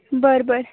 बरं बरं